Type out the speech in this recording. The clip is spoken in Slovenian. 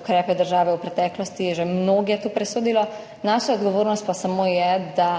ukrepe države v preteklosti je že mnogokrat to presodilo, naša odgovornost pa je samo, da